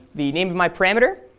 the name of my parameter,